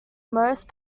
most